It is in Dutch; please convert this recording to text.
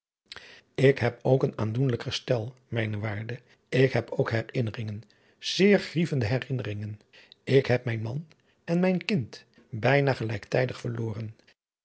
ik heb ook een aandoenlijk gestel mijne waarde ik heb ook herinneringen zeer grievende herinneringen ik heb mijn man en mijn kind bijna gelijktijdig verloren